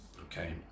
okay